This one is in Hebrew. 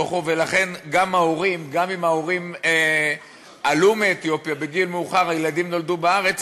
ולכן גם אם ההורים עלו מאתיופיה בגיל מאוחר והילדים נולדו בארץ,